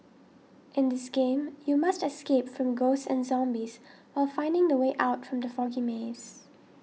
in this game you must escape from ghosts and zombies while finding the way out from the foggy maze